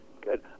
good